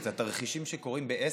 את התרחישים שקורים בעסק,